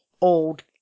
old